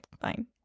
fine